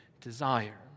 desire